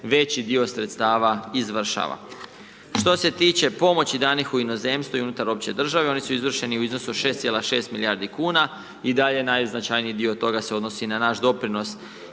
veći dio sredstava izvršava. Što se tiče pomoći danih u inozemstvu i unutar opće države, oni su izvršeni u iznosu od 6,6 milijardi kuna. I dalje najznačajniji dio toga se odnosi na naš doprinos